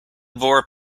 bore